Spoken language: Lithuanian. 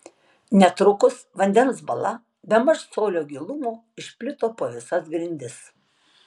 netrukus vandens bala bemaž colio gilumo išplito po visas grindis